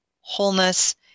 wholeness